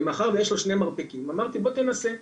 ומאחר ויש לו שני מרפקים אמרתי בוא תנסה.